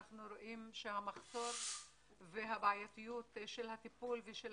אנחנו רואים שהמחסור והבעייתיות של הטיפול ושל